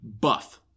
Buff